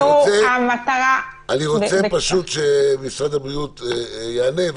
אני רוצה שמשרד הבריאות יענה.